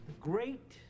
great